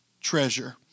treasure